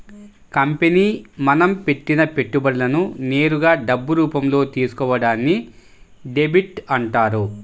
company మనం పెట్టిన పెట్టుబడులను నేరుగా డబ్బు రూపంలో తీసుకోవడాన్ని డెబ్ట్ అంటారు